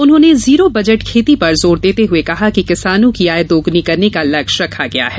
उन्होंने zero budget खेती पर जोर देते हुए कहा कि किसानों की आय दोगुनी करने का लक्ष्य रखा गया है